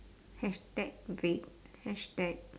hashtag vague hashtag